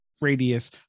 radius